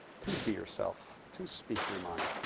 to be yourself, to speak your mind,